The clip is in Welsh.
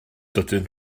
dydyn